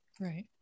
Right